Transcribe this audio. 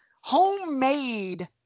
homemade